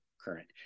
current